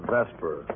Vesper